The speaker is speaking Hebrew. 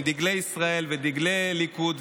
עם דגלי ישראל ודגלי הליכוד,